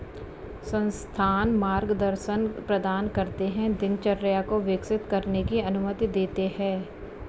संस्थान मार्गदर्शन प्रदान करते है दिनचर्या को विकसित करने की अनुमति देते है